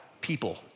people